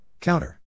counter